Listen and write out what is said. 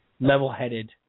level-headed